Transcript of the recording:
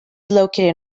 located